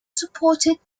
supported